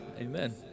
Amen